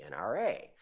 NRA